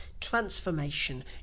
Transformation